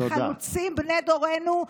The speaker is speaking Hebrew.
חלוצים בני דורנו,